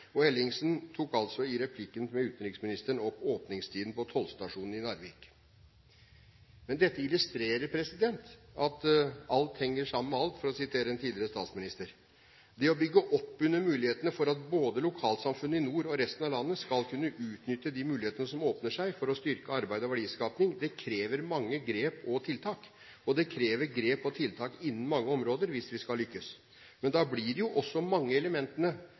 Ellingsen tok i en replikk til utenriksministeren opp åpningstiden på tollstasjonen i Narvik. Dette illustrerer at «alt henger sammen med alt», for å sitere en tidligere statsminister. Det å bygge opp under mulighetene for at både lokalsamfunn i nord og i resten av landet skal kunne utnytte de mulighetene som åpner seg for å styrke arbeid og verdiskaping, krever mange grep og tiltak. Det krever grep og tiltak innen mange områder hvis vi skal lykkes. Men da blir jo også mange av elementene